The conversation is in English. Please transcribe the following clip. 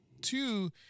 two